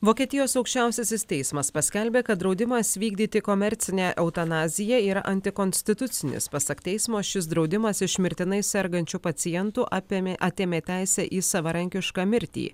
vokietijos aukščiausiasis teismas paskelbė kad draudimas vykdyti komercinę eutanazija yra antikonstitucinis pasak teismo šis draudimas iš mirtinai sergančių pacientų apėmė atėmė teisę į savarankišką mirtį